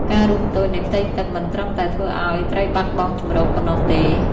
ការរួមតូចនៃផ្ទៃទឹកមិនត្រឹមតែធ្វើឱ្យត្រីបាត់បង់ជម្រកប៉ុណ្ណោះទេ។